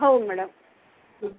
हो मॅडम हं